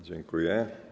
Dziękuję.